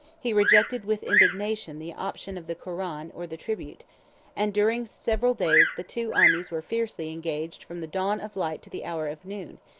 he rejected with indignation the option of the koran or the tribute and during several days the two armies were fiercely engaged from the dawn of light to the hour of noon,